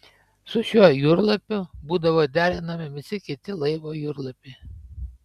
su šiuo jūrlapiu būdavo derinami visi kiti laivo jūrlapiai